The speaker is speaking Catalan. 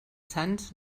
sants